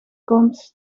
komt